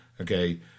Okay